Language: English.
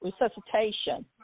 resuscitation